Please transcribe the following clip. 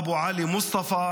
אבו עלי מוסטפא,